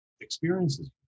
experiences